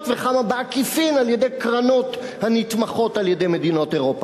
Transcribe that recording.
וכמה בעקיפין על-ידי קרנות הנתמכות על-ידי מדינות אירופה.